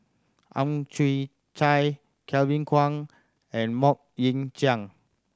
Ang Chwee Chai Kevin Kwan and Mok Ying Jang